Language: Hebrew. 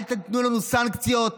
אל תיתנו לנו סנקציות.